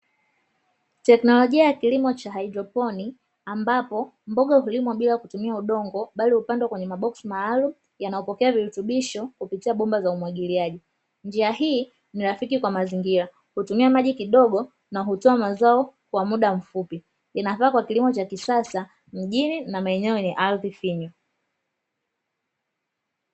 Teknolojia ya kilimo cha hydroponi, ambapo mboga hulimwa bila kutumia udongo bali upande kwenye maboksi maalumu, yanayopokea virutubisho kupitia bomba za umwagiliaji njia hii ni rafiki kwa mazingira, kutumia maji kidogo na hutoa mazao kwa muda mfupi, inafaa kwa kilimo cha kisasa mjini na maeneo na maeneo yenye ardhi finyu.